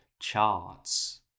charts